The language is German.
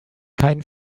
keinen